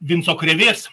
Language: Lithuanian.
vinco krėvės